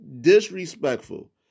disrespectful